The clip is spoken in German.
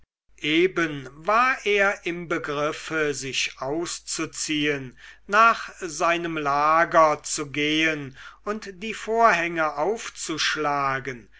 eben war er im begriff sich auszuziehen nach seinem lager zu gehen und die vorhänge aufzuschlagen